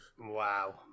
Wow